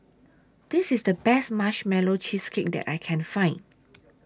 This IS The Best Marshmallow Cheesecake that I Can Find